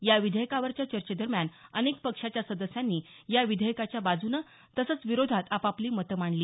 या विधेयकावरच्या चर्चेदरम्यान अनेक पक्षांच्या सदस्यांनी या विधेयकाच्या बाजूनं तसंच विरोधात आपापली मत मांडली